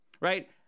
right